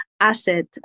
asset